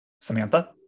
Samantha